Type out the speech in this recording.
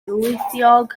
ddwyieithog